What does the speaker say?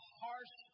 harsh